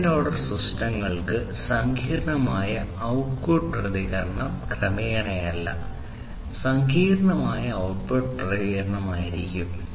second order സിസ്റ്റങ്ങൾക്ക് സങ്കീർണമായ output പ്രതികരണം ക്രമേണയല്ല സങ്കീർണ്ണമായ ഔട്ട്പുട്ട് പ്രതികരണമായിരിക്കും